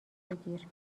بگیر